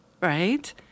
right